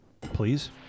Please